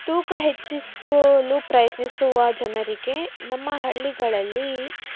ತೂಕ ಹೆಚ್ಚಿಸಲು ಪ್ರಯತ್ನಿಸುವ ಜನರಿಗೆ ನಮ್ಮ ಹಳ್ಳಿಗಳಲ್ಲಿ